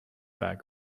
bag